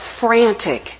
frantic